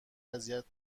اذیت